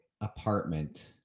apartment